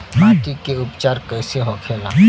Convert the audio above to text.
माटी के उपचार कैसे होखे ला?